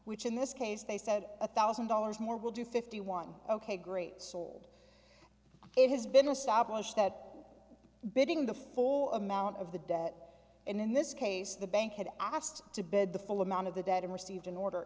which in this case they said a thousand dollars more will do fifty one ok great sold it has been established that bidding the for amount of the debt and in this case the bank had asked to bed the full amount of the debt and received an order